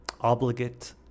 obligate